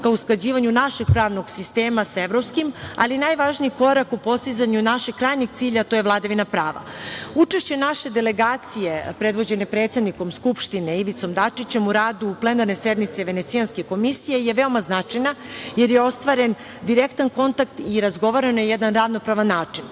ka usklađivanju našeg pravnog sistema sa evropskim, ali najvažniji korak u postizanju našeg krajnjeg cilja, a to je vladavina prava. Učešće naše delegacije predvođene predsednikom Skupštine, Ivicom Dačićem u radu plenarne sednice Venecijanske komisije je veoma značajna, jer je ostvaren direkta kontakt i razgovarano je na jedan ravnopravan